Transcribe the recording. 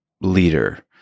leader